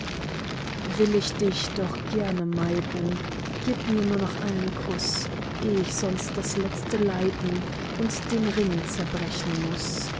will ich dich doch gerne meiden gib mir nur noch einen kuß eh ich sonst das letzte leiden und den ring zerbrechen muß